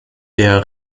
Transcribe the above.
der